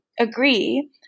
agree